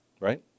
Right